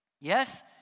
Yes